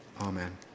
Amen